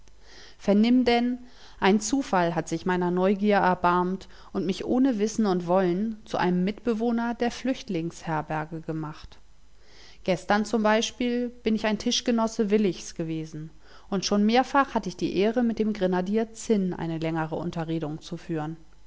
vernimm denn ein zufall hat sich meiner neugier erbarmt und mich ohne wissen und wollen zu einem mitbewohner der flüchtlings herberge gemacht gestern z b bin ich ein tischgenosse willichs gewesen und schon mehrfach hatt ich die ehre mit dem grenadier zinn eine längere unterredung zu führen